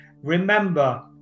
Remember